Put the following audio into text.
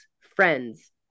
friends